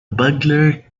burglar